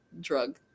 drug